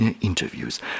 interviews